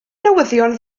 newyddion